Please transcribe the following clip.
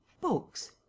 Books